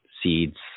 seeds